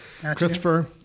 Christopher